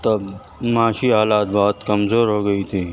تب معاشی حالات بہت کمزور ہو گئی تھی